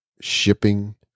shipping